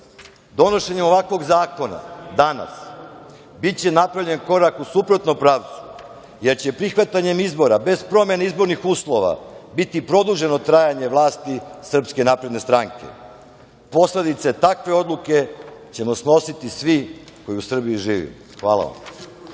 bolje. Donošenjem ovakvog zakona danas biće napravljen korak u suprotnom pravcu, jer će prihvatanjem izbora bez promene izbornih uslova biti produženo trajanje vlasti Srpske napredne stranke. Posledice takve odluke ćemo snositi svi koji u Srbiji živimo. Hvala vam.